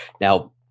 Now